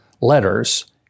letters